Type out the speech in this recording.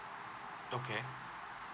okay